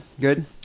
Good